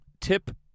Tip